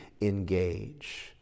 engage